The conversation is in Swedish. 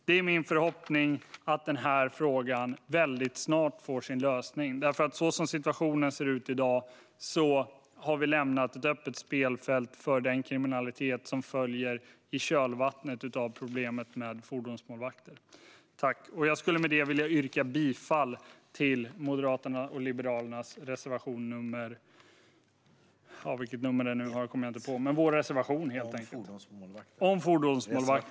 Det är min förhoppning att den här frågan väldigt snart får sin lösning, för så som situationen ser ut i dag har vi lämnat ett öppet spelfält för den kriminalitet som följer i kölvattnet av problemet med fordonsmålvakter. Jag skulle med detta vilja yrka bifall till Moderaternas och Liberalernas reservation nr 1.